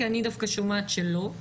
אני דווקא שומעת שלא,